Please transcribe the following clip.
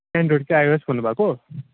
एन्ड्रोइडकै iOS भन्नुभएको